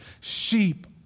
Sheep